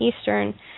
Eastern